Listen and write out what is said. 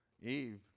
Eve